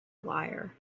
liar